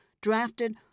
drafted